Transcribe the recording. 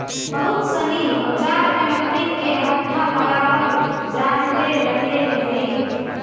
बहुत सनी औजार में लकड़ी के हत्था लगावल जानए लगले हई